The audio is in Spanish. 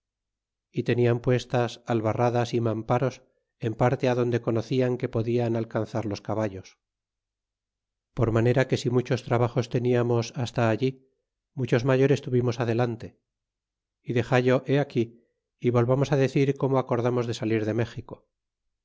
y tenian puestas albarradas y mamparos en parte adonde conocian que podian alcanzar los caballos por manera que si muchos trabajos teniamos hasta allí muchos mayores tuvimos adelante y dexallo he aquí y volvamos decir como acordamos de salir de méxico